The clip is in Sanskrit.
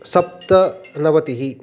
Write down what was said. सप्तनवतिः